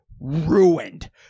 Ruined